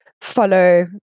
follow